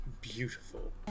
beautiful